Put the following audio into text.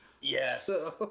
Yes